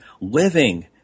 living